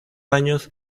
años